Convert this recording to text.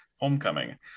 homecoming